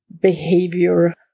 behavior